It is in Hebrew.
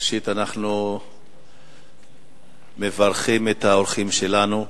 ראשית אנחנו מברכים את האורחים שלנו,